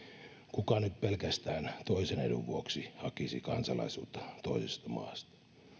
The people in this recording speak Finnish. kuka nyt pelkästään toisen edun vuoksi hakisi kansalaisuutta toisesta maasta